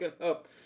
up